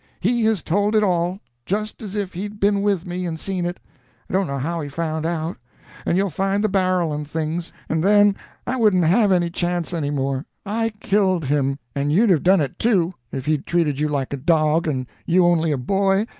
he has told it all, just as if he'd been with me and seen it i don't know how he found out and you'll find the barrel and things, and then i wouldn't have any chance any more. i killed him and you'd have done it too, if he'd treated you like a dog, and you only a boy,